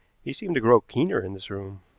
he seemed to grow keener in this room.